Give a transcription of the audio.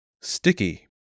sticky